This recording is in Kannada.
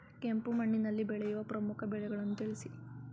ಕೆಂಪು ಮಣ್ಣಿನಲ್ಲಿ ಬೆಳೆಯುವ ಪ್ರಮುಖ ಬೆಳೆಗಳನ್ನು ತಿಳಿಸಿ?